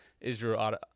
Israel